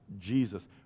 Jesus